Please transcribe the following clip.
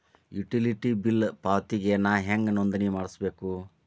Utility bill ಪಾವತಿಗೆ ನಾ ಹೆಂಗ್ ನೋಂದಣಿ ಮಾಡ್ಸಬೇಕು?